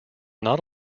not